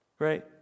Right